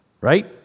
Right